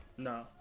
No